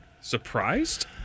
surprised